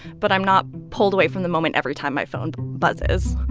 but i'm not pulled away from the moment every time my phone buzzes